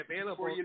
available